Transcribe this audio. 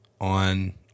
on